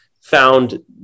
found